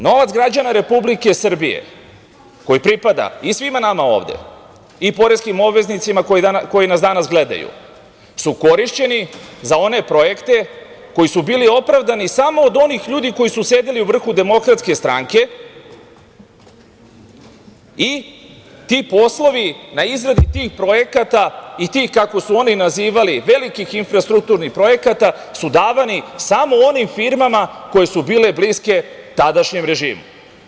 Novac građana Republike Srbije koji pripada i svima nama ovde i poreskim obveznicima koji nas danas gledaju su korišćeni za one projekte koji su bili opravdani samo od onih ljudi koji su sedeli u vrhu DS i ti poslovi na izradu tih projekata i tih, kako su oni nazivali, velikih infrastrukturnih projekata, su davani samo onim firmama koje su bile bliske tadašnjem režimu.